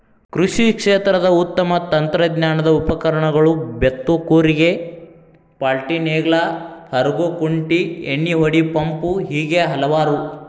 ಕೃಷಿ ಕ್ಷೇತ್ರದ ಉತ್ತಮ ತಂತ್ರಜ್ಞಾನದ ಉಪಕರಣಗಳು ಬೇತ್ತು ಕೂರಿಗೆ ಪಾಲ್ಟಿನೇಗ್ಲಾ ಹರಗು ಕುಂಟಿ ಎಣ್ಣಿಹೊಡಿ ಪಂಪು ಹೇಗೆ ಹಲವಾರು